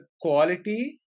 quality